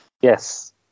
Yes